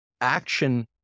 action